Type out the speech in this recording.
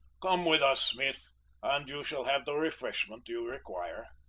come with us, smith and you shall have the refreshment you require.